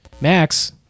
Max